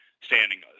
standing